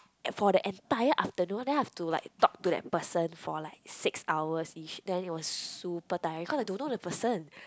eh for the entire afternoon then I have to like talk to that person for like six hours each then it was super tiring cause I don't know the person